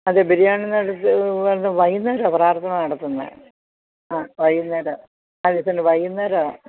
അതെ ബിരിയാണി വൈകുന്നേരമാണ് പ്രാർഥന നടത്തുന്നത് ആ വൈകുന്നേരം വൈകുന്നേരമാണ്